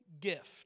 gift